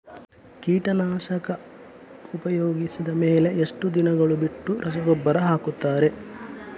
ಕೀಟನಾಶಕ ಉಪಯೋಗಿಸಿದ ಮೇಲೆ ಎಷ್ಟು ದಿನಗಳು ಬಿಟ್ಟು ರಸಗೊಬ್ಬರ ಹಾಕುತ್ತಾರೆ?